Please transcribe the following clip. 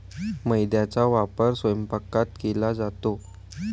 मैद्याचा वापर स्वयंपाकात केला जातो